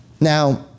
now